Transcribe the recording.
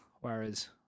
Whereas